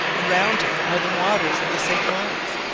around it are the waters of the st. laurence,